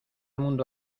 mundo